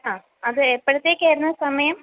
ആ അത് എപ്പോഴത്തേക്കായിരുന്നു സമയം